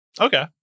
Okay